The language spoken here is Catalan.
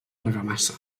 argamassa